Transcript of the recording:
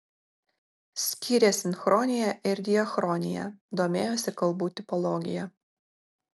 skyrė sinchroniją ir diachroniją domėjosi kalbų tipologija